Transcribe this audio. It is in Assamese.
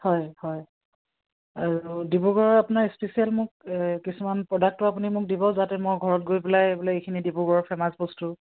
হয় হয় আৰু ডিব্ৰুগড়ৰ আপোনাৰ স্পেচিয়েল মোক কিছুমান প্ৰডাক্টটো আপুনি মোক দিব যাতে মই ঘৰত গৈ পেলাই বোলে এইখিনি ডিব্ৰুগড়ৰ ফেমাছ বস্তু